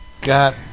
got